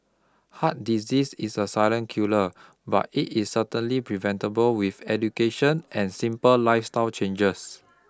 heart disease is a silent killer but it is certainly preventable with education and simple lifestyle changes